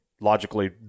logically